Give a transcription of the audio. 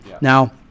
Now